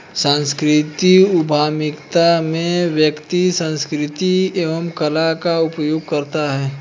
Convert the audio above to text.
सांस्कृतिक उधमिता में व्यक्ति संस्कृति एवं कला का उपयोग करता है